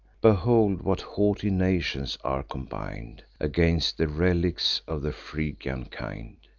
behold, what haughty nations are combin'd against the relics of the phrygian kind,